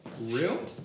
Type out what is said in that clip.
real